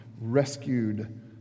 rescued